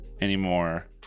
anymore